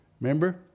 Remember